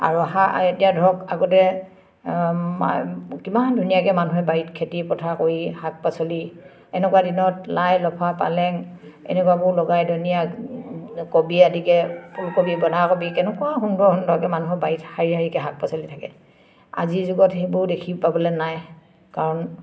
আৰু সা এতিয়া ধৰক আগতে কিমান ধুনীয়াকৈ মানুহে বাৰীত খেতি পথাৰ কৰি শাক পাচলি এনেকুৱা দিনত লাই লফা পালেং এনেকুৱাবোৰ লগাই ধুনীয়া কবি আদি ফুলকবি বন্ধাকবি কেনেকুৱা সুন্দৰ সুন্দৰকৈ মানুহৰ বাৰীত শাৰীহাৰিকৈ শাক পাচলি থাকে আজিৰ যুগত সেইবোৰ দেখি পাবলৈ নাই কাৰণ